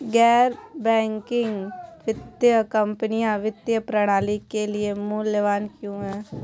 गैर बैंकिंग वित्तीय कंपनियाँ वित्तीय प्रणाली के लिए मूल्यवान क्यों हैं?